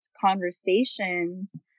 conversations